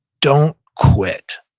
don't quit.